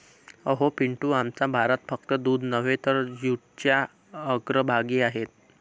अहो पिंटू, आमचा भारत फक्त दूध नव्हे तर जूटच्या अग्रभागी आहे